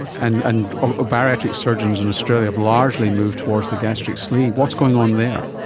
and and ah bariatric surgeons in australia have largely moved towards the gastric sleeve. what's going on there?